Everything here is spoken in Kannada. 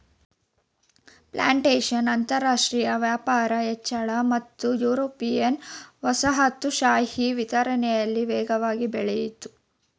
ಪ್ಲಾಂಟೇಶನ್ ಅಂತರಾಷ್ಟ್ರ ವ್ಯಾಪಾರ ಹೆಚ್ಚಳ ಮತ್ತು ಯುರೋಪಿಯನ್ ವಸಾಹತುಶಾಹಿ ವಿಸ್ತರಣೆಲಿ ವೇಗವಾಗಿ ಬೆಳಿತು